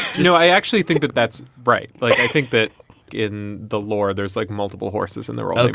no, i actually think that that's right. but i think that in the law there's like multiple horses in there. ah okay.